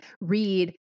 read